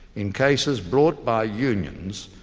in cases brought by unions,